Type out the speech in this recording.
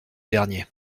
derniers